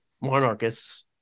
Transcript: monarchists